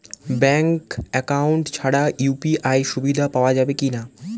Bank account ছাড়া UPI সুবিধা পাওয়া যাবে কি না?